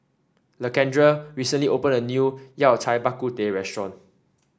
Lakendra recently opened a new Yao Cai Bak Kut Teh restaurant